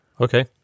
Okay